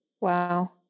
Wow